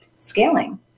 scaling